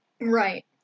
Right